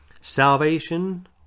salvation